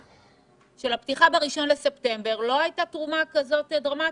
בולט לא הייתה תרומה כזו דרמטית.